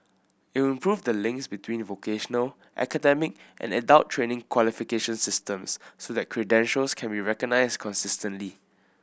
it will improve the links between vocational academic and adult training qualification systems so that credentials can be recognised consistently